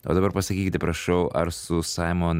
o dabar pasakykite prašau ar su saimon